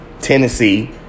Tennessee